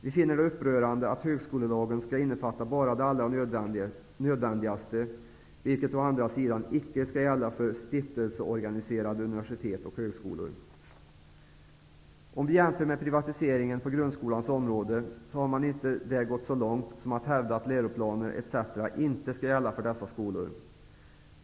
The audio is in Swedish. Vi finner det upprörande att högskolelagen skall innefatta bara det allra nödvändigaste, vilket å andra sidan inte skall gälla för stiftelseorganiserade unviersitet och högskolor. Om vi jämför med privatiseringen på grundskolans område, finner vi att man där inte har gått så långt som att hävda att läroplaner etc. inte skall gälla för dessa skolor.